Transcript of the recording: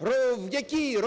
в якій